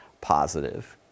positive